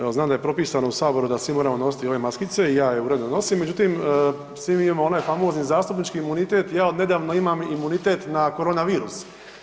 Evo znam da je propisano u saboru da svi moramo nositi ove maskice i ja je uredno nosim, međutim svi mi imamo onaj famozni zastupnički imunitet ja od nedavno imam imunitet na korona virus.